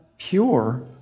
Pure